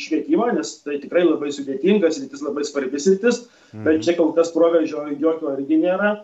švietimą nes tai tikrai labai sudėtinga sritis labai svarbi sritis bet čia kol kas proveržio jokio irgi nėra